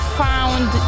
found